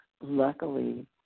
luckily